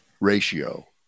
ratio